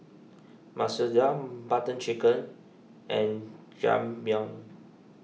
Masoor Dal Butter Chicken and Jajangmyeon